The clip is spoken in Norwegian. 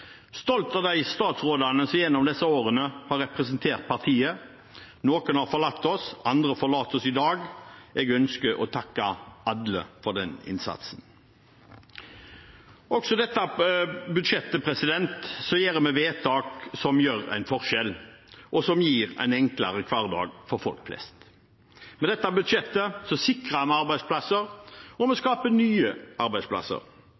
stolt av de statsrådene som gjennom disse årene har representert partiet, noen har forlatt oss, andre forlater oss i dag. Jeg ønsker å takke alle for den innsatsen. Også i dette budsjettet gjør vi vedtak som gjør en forskjell, og som gir en enklere hverdag for folk flest. Med dette budsjettet sikrer vi arbeidsplasser, og vi skaper nye arbeidsplasser. Vi bygger flere veier, samtidig som vi reduserer kostnadene med å